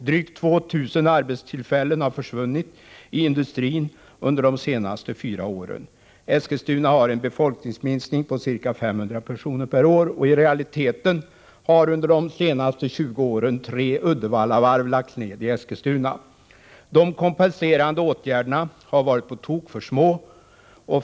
Drygt 2 000 arbetstillfällen har försvunnit i industrin under de senaste fyra åren. Eskilstuna har en befolkningsminskning på ca 500 personer per år. I realiteten har under de senaste 20 åren verksamheter motsvarande tre Uddevallavarv lagts ned i Eskilstuna. De kompenserande åtgärderna har varit på tok för små.